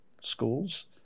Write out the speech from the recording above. schools